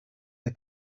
the